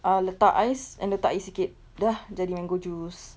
ah letak ice and letak air sikit dah jadi mango juice